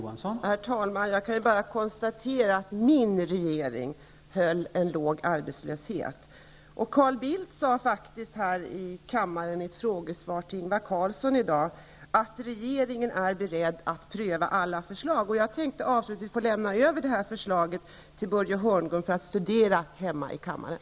Herr talman! Jag kan bara konstatera att min regering höll en låg arbetslöshet. Carl Bildt sade här i kammaren i ett frågesvar till Ingvar Carlsson i dag att regeringen är beredd att pröva alla förslag. Avslutningsvis tänker jag lämna över detta förslag till Börje Hörnlund, så att han kan studera det hemma på kammaren.